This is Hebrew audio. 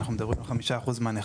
אז אצל הבנקים מדובר על 5% מהנכסים.